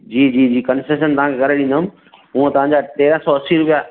जी जी जी कंसेशन करे ॾींदुमि हूंअ तव्हांजा तेरहं सौ असी रुपिया